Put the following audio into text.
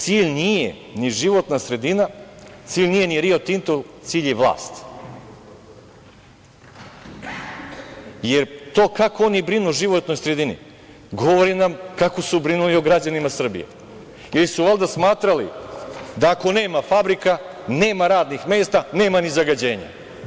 Cilj nije ni životna sredina, cilj nije ni „Rio Tinto“, cilj je vlast, jer to kako oni brinu o životnoj sredini, govori nam kako su brinuli o građanima Srbije, ili su valjda smatrali da ako nema fabrika, nema radnih mesta, nema ni zagađenja.